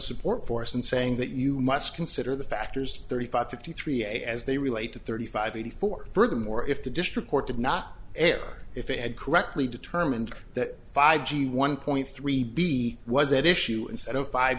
support for us in saying that you must consider the factors thirty five fifty three as they relate to thirty five eighty four furthermore if the district court did not ever if it had correctly determined that five g one point three b was at issue instead of five